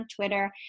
Twitter